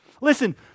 Listen